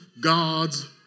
God's